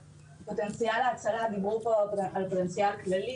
פוטנציאל ההצלה דיברו פה על פוטנציאל כללי